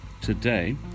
today